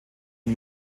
und